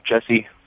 Jesse